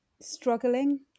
struggling